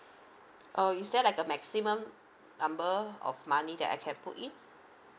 uh is there like a maximum number of money that I can put in